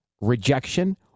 rejection